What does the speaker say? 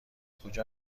کجا